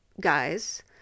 guys